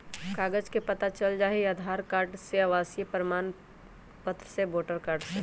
कागज से पता चल जाहई, आधार कार्ड से, आवासीय प्रमाण पत्र से, वोटर कार्ड से?